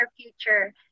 future